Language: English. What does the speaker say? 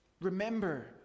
remember